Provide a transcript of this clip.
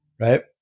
Right